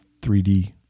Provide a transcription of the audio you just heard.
3d